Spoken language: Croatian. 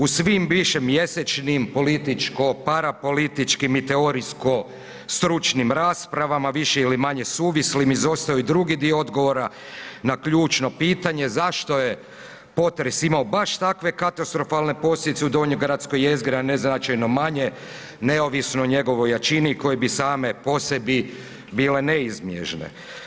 U svim bivšim mjesečnim, političko, parapolitičkim i teorijsko stručnim raspravama više ili manje suvislim izostao je drugi dio odgovora na ključno pitanje zašto je potres imao baš takve katastrofalne posljedice u donjogradskoj jezgri, a neznačajno manje neovisno o njegovoj jačini koje bi same po sebi bile neizbježne.